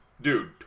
dude